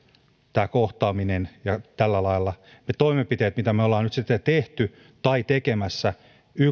tämä kohtaaminen ja tällä lailla ne toimenpiteet mitä me olemme nyt sitten tehneet tai tekemässä